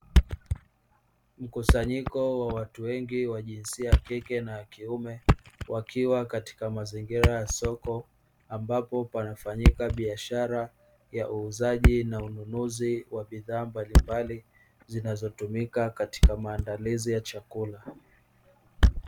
Mkusanyiko wa watu wengi wa jinsia ya kike na kiume wakiwa katika mazingira ya soko. Ambapo panafanyika biashara ya uuzaji na ununuzi wa bidhaa mbalimbali zinazotumika katika maandalizi ya chakula.